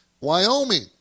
Wyoming